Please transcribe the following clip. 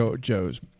Joe's